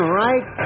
right